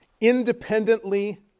independently